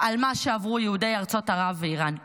על מה שעברו יהודי ארצות ערב ואיראן.